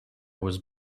was